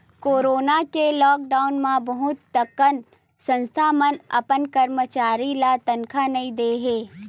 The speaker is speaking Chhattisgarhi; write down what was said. कोरोना के लॉकडाउन म बहुत कन संस्था मन अपन करमचारी ल तनखा नइ दे हे